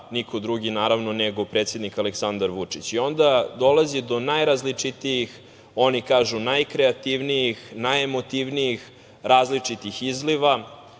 niko drugi nego predsednik Aleksandar Vučić i onda dolazi do najrazličitijih, oni kažu najkreativnijih, najemotivnijih različitih izliva